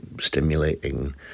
stimulating